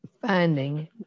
finding